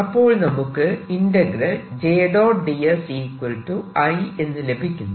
അപ്പോൾ നമുക്ക് എന്ന് ലഭിക്കുന്നു